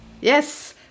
Yes